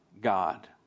God